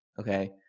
okay